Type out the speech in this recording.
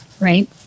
right